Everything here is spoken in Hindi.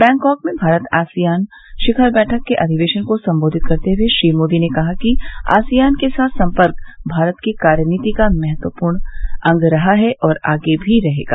बैंकॉक में भारत आसियान शिखर बैठक के अधिवेशन को संबोधित करते हुए श्री मोदी ने कहा कि आसियान के साथ संपर्क भारत की कार्य नीति का महत्वपूर्ण अंग रहा है और आगे भी रहेगा